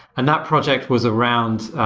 and that project was around,